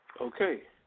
Okay